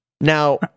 Now